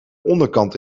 onderkant